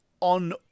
on